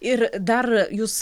ir dar jūs